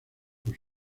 por